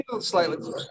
slightly